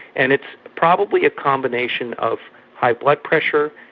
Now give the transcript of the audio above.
and it's probably a combination of high blood pressure,